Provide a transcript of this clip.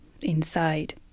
inside